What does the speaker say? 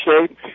shape